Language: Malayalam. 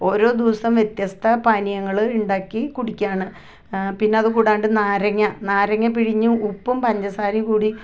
ഓരോ ദിവസം വ്യത്യസ്ഥ പാനീയങ്ങള് ഇണ്ടാക്കി കുടിക്കുവാന് പിന്നത് കൂടാണ്ട് നാരങ്ങ നാരങ്ങ പിഴിഞ്ഞ് ഉപ്പും പഞ്ചസാരയും കൂടി